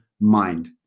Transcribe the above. mind